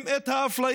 הפכת את חיי ישראל